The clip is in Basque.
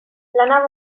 lana